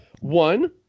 One